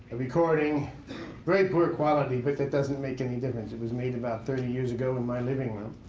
recording very poor quality, but that doesn't make any difference. it was made about thirty years ago in my living room.